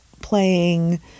playing